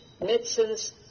medicines